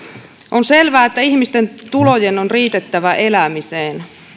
on selvä että ihmisten tulojen on riitettävä elämiseen